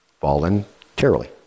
Voluntarily